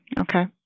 Okay